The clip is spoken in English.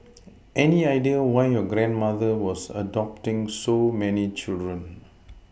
any idea why your grandmother was adopting so many children